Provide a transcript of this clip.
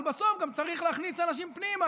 אבל בסוף גם צריך להכניס אנשים פנימה,